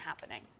happening